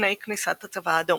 לפני כניסת הצבא האדום.